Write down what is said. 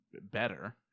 better